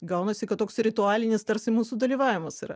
gaunasi kad toks ritualinis tarsi mūsų dalyvavimas yra